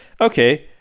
Okay